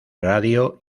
radio